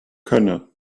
könne